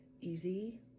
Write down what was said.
easy